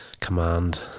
command